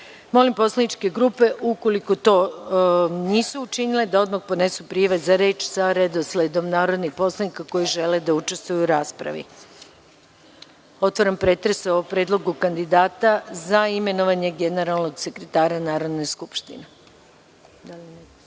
poslaničke grupe, ukoliko to već nisu učinile, da odmah podnesu prijave za reč sa redosledom narodnih poslanika koji žele da učestvuju u raspravi. Otvaram pretres o predlogu kandidata za imenovanje generalnog sekretara Narodne skupštine. Kako